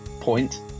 point